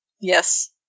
yes